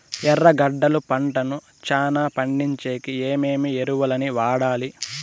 ఎర్రగడ్డలు పంటను చానా పండించేకి ఏమేమి ఎరువులని వాడాలి?